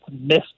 miss